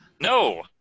No